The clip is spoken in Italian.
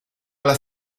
alla